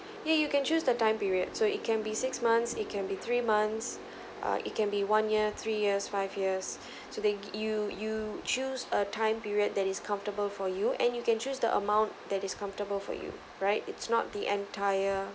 yeah you can choose the time period so it can be six months it can be three months err it can be one year three years five years so they you you choose a time period that is comfortable for you and you can choose the amount that is comfortable for you right it's not the entire